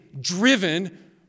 driven